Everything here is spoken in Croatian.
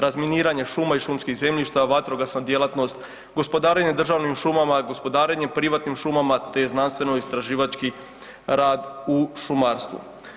Razminiranje šuma i šumskih zemljišta, vatrogasna djelatnost, gospodarenje državnim šumama, gospodarenje privatnim šumama te znanstveno-istraživački rad u šumarstvu.